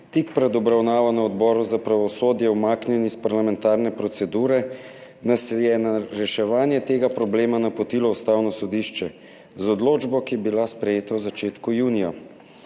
tik pred obravnavo na Odboru za pravosodje umaknjen iz parlamentarne procedure, nas je na reševanje tega problema napotilo Ustavno sodišče z odločbo, ki je bila sprejeta v začetku junija